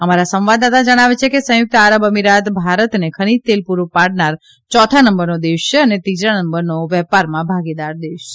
અમારા સંવાદદાતા જણાવે છેકે સંયુકત આરબ અમીરાત ભારતને ખનીજ તેલ પુરૂ પાડનાર ચોથા નંબરનો દેશ છે અને ત્રીજા નંબરનો વેપારમાં ભાગીદાર દેશ છે